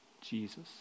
Jesus